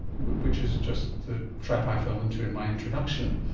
which is just the trap i fell into in my introduction.